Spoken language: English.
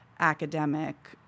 academic